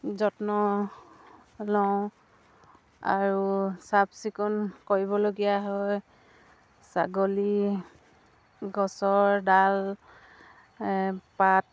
যত্ন লওঁ আৰু চাফ চিকুণ কৰিবলগীয়া হয় ছাগলী গছৰ ডাল এ পাত